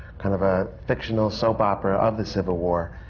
kind of a fictional soap opera of the civil war.